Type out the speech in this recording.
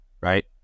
Right